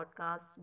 podcasts